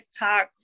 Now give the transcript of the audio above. TikToks